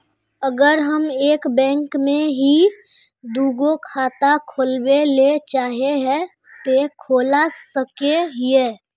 अगर हम एक बैंक में ही दुगो खाता खोलबे ले चाहे है ते खोला सके हिये?